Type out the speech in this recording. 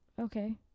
okay